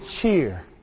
cheer